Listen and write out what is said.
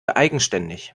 eigenständig